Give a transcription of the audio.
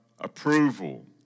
approval